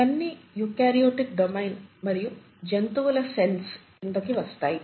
ఇవన్నీ eukaryotic domain మరియు జంతువుల సెల్స్ కిందకి వస్తాయి